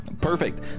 Perfect